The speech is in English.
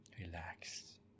relax